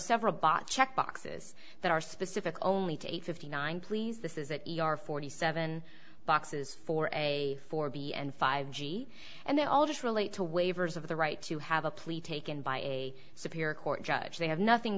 several bot check boxes that are specific only to eight fifty nine please this is an e r forty seven boxes for a b and five g b and they all just relate to waivers of the right to have a plea taken by a superior court judge they have nothing